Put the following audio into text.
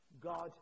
God